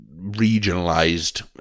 regionalized